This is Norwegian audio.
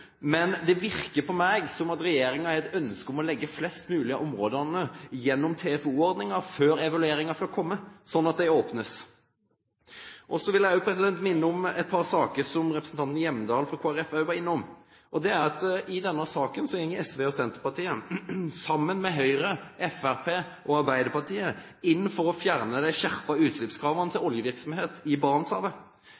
men det virker for meg som om regjeringen har et ønske om å legge flest mulig av områdene inn i TFO-ordningen før evalueringen kommer, slik at de åpnes. Så vil jeg minne om et par forhold som representanten Hjemdal fra Kristelig Folkeparti også var innom. I denne saken går SV og Senterpartiet – sammen med Høyre, Fremskrittspartiet og Arbeiderpartiet – inn for å fjerne de skjerpede utslippskravene til